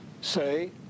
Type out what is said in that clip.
say